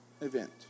event